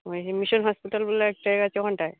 ওই যে mission hospital বলে একটা জায়গা আছে ওখানটায়